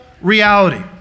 reality